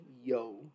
yo